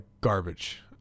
garbage